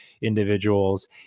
individuals